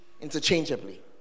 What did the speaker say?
interchangeably